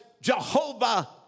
Jehovah